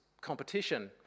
competition